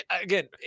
again